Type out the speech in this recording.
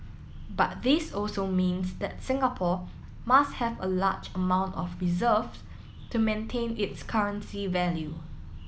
but this also means that Singapore must have a large amount of reserves to maintain its currency value